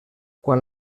quan